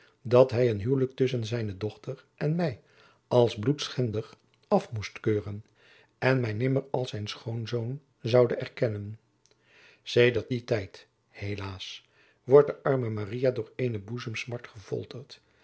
dat hij een huwelijk tusschen zijne dochter en mij als bloedschendig af moest keuren en mij nimmer als zijn schoonzoon zoude erkennen sedert dien tijd helaas wordt de arme maria door eene boezemsmart gefolterd